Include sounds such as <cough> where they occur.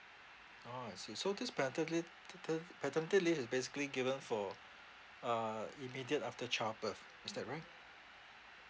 orh I see so this pater~ <noise> paternity leave is basically given for uh immediate after childbirth is that right